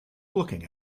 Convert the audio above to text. looking